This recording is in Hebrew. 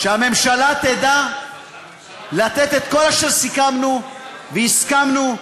שהממשלה תדע לתת את כל אשר סיכמנו והסכמנו,